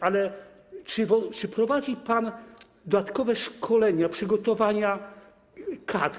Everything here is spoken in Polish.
Ale czy prowadzi pan dodatkowe szkolenia, przygotowania kadr?